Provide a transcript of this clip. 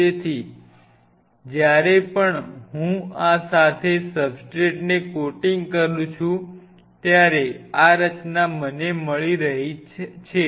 તેથી જ્યારે પણ હું આ સાથે સબસ્ટ્રેટને કોટિંગ કરું છું ત્યારે આ રચના મને મળી રહી છે